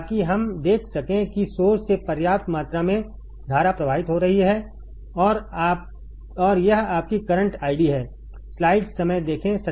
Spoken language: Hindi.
ताकि हम देख सकें कि सोर्स से पर्याप्त मात्रा में धारा प्रवाहित हो रही है और यह आपकी करंट ID है